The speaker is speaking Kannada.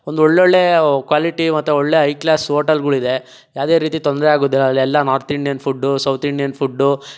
ಒಂದೊಳ್ಳೊಳ್ಳೆ ಕ್ವಾಲಿಟಿ ಮತ್ತೆ ಒಳ್ಳೆಯ ಹೈ ಕ್ಲಾಸ್ ಹೋಟೆಲ್ಗಳು ಇದೆ ಯಾವುದೇ ರೀತಿ ತೊಂದರೆಯಾಗುವುದಿಲ್ಲ ಅಲ್ಲೆಲ್ಲ north Indian food south Indian food